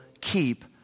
keep